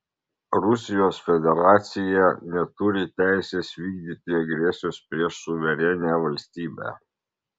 rusijos federacija neturi teisės vykdyti agresijos prieš suverenią valstybę